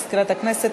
מזכירת הכנסת,